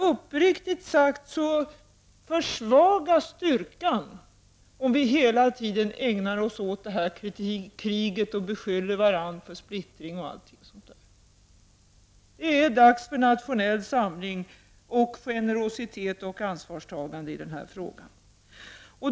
Uppriktigt sagt försvagas styrkan om vi hela tiden ägnar oss åt det här kriget och beskyller varandra för splittring. Det är dags för nationell samling, generositet och ansvarstagande i den här frågan.